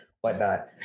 whatnot